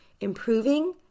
improving